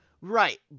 Right